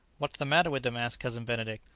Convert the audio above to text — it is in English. what's the matter with them? asked cousin benedict,